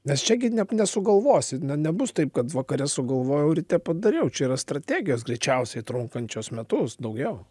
nes čia gi ne nesugalvosi na nebus taip kad vakare sugalvojau ryte padariau čia yra strategijos greičiausiai trunkančios metus daugiau